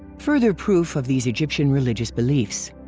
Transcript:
further proof of these egyptian religious beliefs.